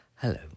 Hello